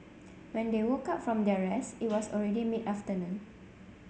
when they woke up from their rest it was already mid afternoon